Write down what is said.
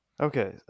Okay